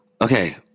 Okay